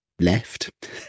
left